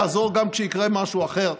יעזור גם כשיקרה משהו אחר,